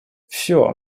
все